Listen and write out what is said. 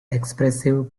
expressive